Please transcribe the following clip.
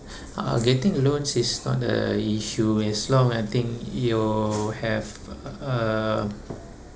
uh getting loans is not the issue as long I think you have a